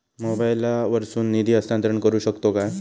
मोबाईला वर्सून निधी हस्तांतरण करू शकतो काय?